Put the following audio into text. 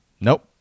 Nope